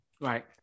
Right